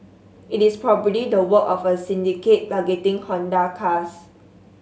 it is probably the work of a syndicate targeting Honda cars